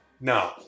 No